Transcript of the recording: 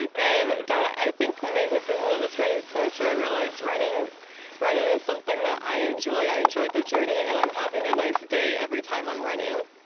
and that, i think, may have been one of the turning points where i realized running running is something that i enjoy. i enjoy the journey, and i'm having a nice day every time i'm running